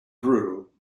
grew